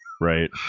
Right